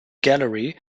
gallery